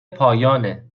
پایانه